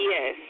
Yes